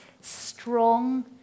strong